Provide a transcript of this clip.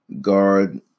guard